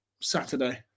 Saturday